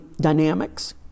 dynamics